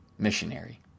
missionary